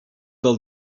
del